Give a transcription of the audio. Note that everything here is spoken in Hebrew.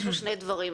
יש פה שני דברים,